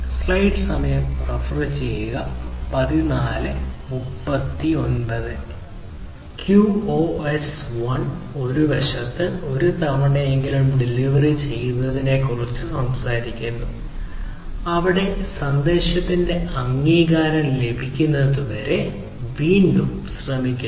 QoS 1 മറുവശത്ത് ഒരു തവണയെങ്കിലും ഡെലിവറി ചെയ്യുന്നതിനെക്കുറിച്ച് സംസാരിക്കുന്നു അവിടെ സന്ദേശത്തിന്റെ അംഗീകാരം ലഭിക്കുന്നതുവരെ വീണ്ടും ശ്രമിക്കുന്നു